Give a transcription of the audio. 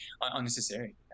unnecessary